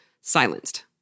silenced